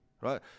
right